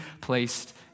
placed